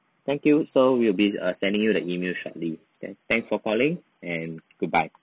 thank you so we'll be err sending you the email shortly okay thanks for calling and goodbye